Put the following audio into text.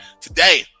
Today